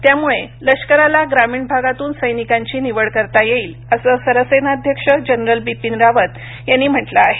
त्यामुळे लष्कराला ग्रामीण भागातून सैनिकांची निवड करता येईल असं सरसेनाध्यक्ष जनरल बिपिन रावत यांनी म्हटलं आहे